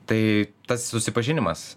tai tas susipažinimas